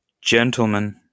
gentlemen